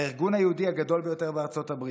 הארגון היהודי הגדול ביותר בארצות הברית: